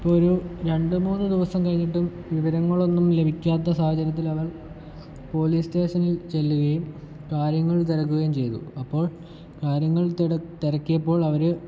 ഇപ്പോൾ ഒരു രണ്ട് മൂന്ന് ദിവസം കഴിഞ്ഞിട്ടും വിവരങ്ങളൊന്നും ലഭിക്കാത്ത സാഹചര്യത്തിലവർ പോലീസ് സ്റ്റേഷനിൽ ചെല്ലുകയും കാര്യങ്ങൾ തിരക്കുകയും ചെയ്തു അപ്പോൾ കാര്യങ്ങൾ തെരക് തിരക്കിയപ്പോളവർ